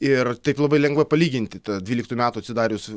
ir taip labai lengva palyginti tą dvyliktų metų atsidarius